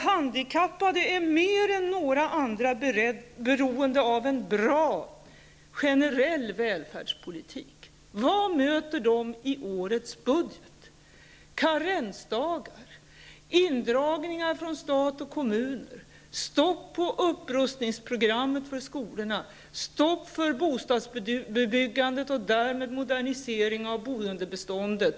Handikappade är mer än några andra beroende av en bra generell välfärdspolitik. Vad möter de i årets budget: karensdagar, indragningar från stat och kommuner, stopp för upprustningsprogrammet för skolorna, stopp för bostadsbyggandet och därmed modernisering av bostadsbeståndet.